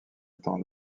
étant